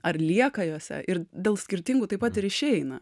ar lieka jose ir dėl skirtingų taip pat ir išeina